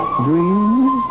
dreams